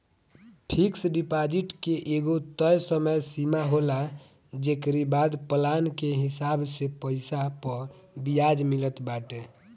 fix deposit के एगो तय समय सीमा होला जेकरी बाद प्लान के हिसाब से पईसा पअ बियाज मिलत बाटे